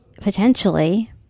potentially